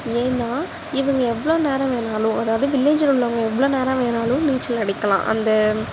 ஏன்னால் இவங்க எவ்வளோ நேரம் வேணாலும் அதாவது வில்லேஜில் உள்ளவங்க எவ்வளோ நேரம் வேணாலும் நீச்சல் அடிக்கலாம் அந்த